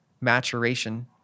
maturation